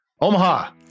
Omaha